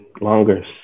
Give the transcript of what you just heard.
longer